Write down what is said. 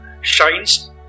shines